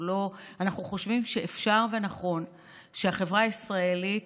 אנחנו חושבים שאפשר ונכון שהחברה הישראלית